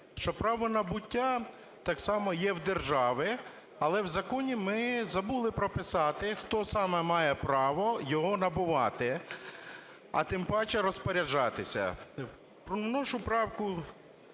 Що право набуття так само є в держави. Але в законі ми забули прописати, хто саме має право його набувати, а тим паче розпоряджатися.